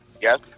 Yes